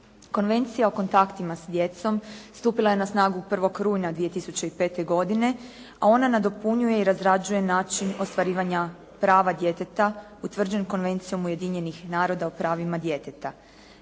Konvencija o kontaktima s djecom stupila ne na snagu 1. rujna 2005. godine, a ona nadopunjuje i razrađuje način ostvarivanja prava djeteta utvrđen Konvencijom Ujedinjenih naroda o pravima djeteta.